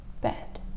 bed